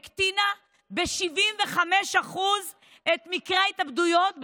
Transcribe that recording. הקטינה ב-75% את מקרי ההתאבדויות בצה"ל.